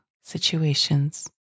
situations